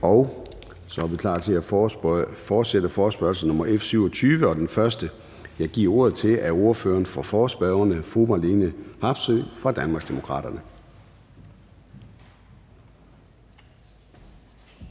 Så er vi klar til at fortsætte forespørgsel F 27, og den første, jeg giver ordet til, er ordføreren for forespørgerne, fru Marlene Harpsøe fra Danmarksdemokraterne.